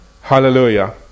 Hallelujah